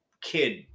kid